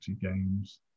Games